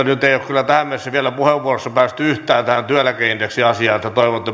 nyt ei ole kyllä tähän mennessä vielä puheenvuorossa päästy yhtään tähän työeläkeindeksiasiaan